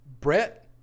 Brett